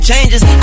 Changes